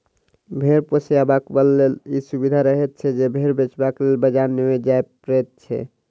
भेंड़ पोसयबलाक लेल ई सुविधा रहैत छै जे भेंड़ बेचबाक लेल बाजार नै जाय पड़ैत छै